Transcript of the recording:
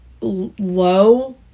low